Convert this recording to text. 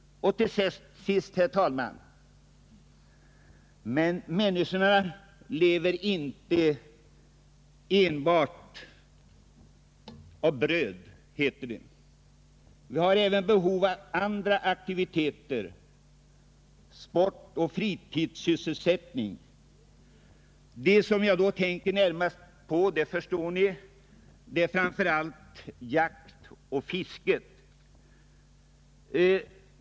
Till sist, herr talman, människorna lever inte enbart av bröd, heter det. De har även behov av aktiviteter som sport och fritidssysselsättning. Det som jag då närmast tänker på, det förstår ni, är framför allt jakt och fiske.